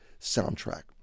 soundtrack